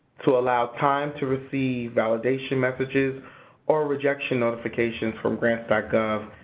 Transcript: to allow time to receive validation messages or rejection notifications from grants but gov,